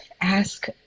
ask